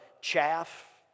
chaff